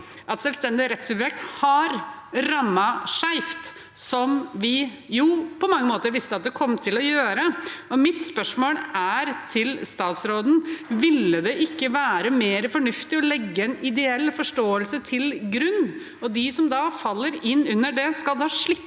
at selvstendige rettssubjekt har rammet skjevt, som vi på mange måter visste at det kom til å gjøre. Mitt spørsmål til statsråden er: Ville det ikke være mer fornuftig å legge en ideell forståelse til grunn, og at de som da faller inn under det, skal slippe